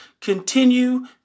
continue